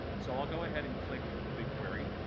so i'll go ahead and click bigquery,